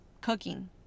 cooking